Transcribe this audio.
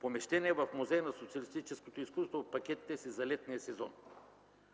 посещения в Музея на социалистическото изкуство в пакетите си за летния сезон.